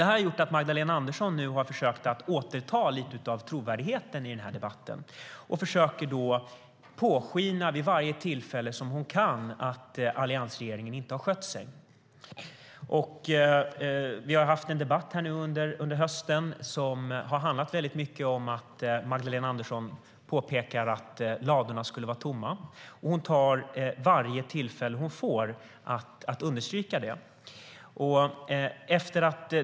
Detta gör att Magdalena Andersson nu har försökt återta lite av trovärdigheten i den här debatten. Hon försöker vid varje tillfälle hon kan låta påskina att alliansregeringen inte har skött sig. Vi har under hösten haft en debatt som har handlat om att Magdalena Andersson har sagt att ladorna skulle vara tomma. Hon tar varje tillfälle hon kan att understryka det.